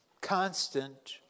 Constant